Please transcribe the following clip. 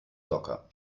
locker